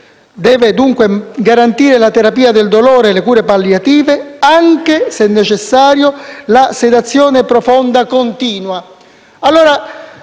deve dunque garantire la terapia del dolore, le cure palliative e, se necessario, anche la sedazione profonda continua.